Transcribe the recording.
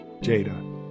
Jada